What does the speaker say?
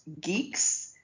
geeks